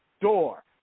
door